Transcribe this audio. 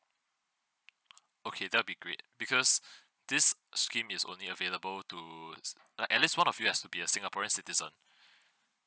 okay that'll be great because this scheme is only available to like at least one of you has to be a singaporean citizen